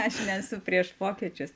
aš nesu prieš pokyčius